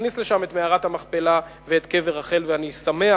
תכניס לשם את מערת המכפלה ואת קבר רחל, ואני שמח,